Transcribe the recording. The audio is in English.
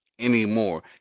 Anymore